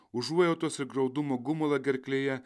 užuojautos ir graudumo gumulą gerklėje